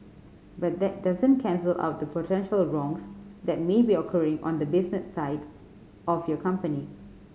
but that doesn't cancel out the potential wrongs that may be occurring on the business side of your company